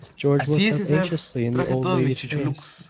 george looked up anxiously in the old lady's face.